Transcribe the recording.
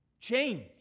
change